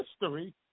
history